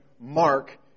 Mark